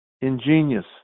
Ingenious